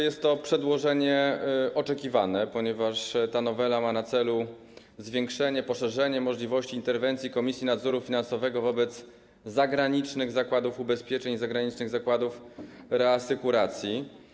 Jest to przedłożenie oczekiwane, ponieważ ta nowela ma na celu zwiększenie, poszerzenie możliwości interwencji Komisji Nadzoru Finansowego wobec zagranicznych zakładów ubezpieczeń, zagranicznych zakładów reasekuracji.